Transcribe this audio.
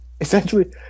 Essentially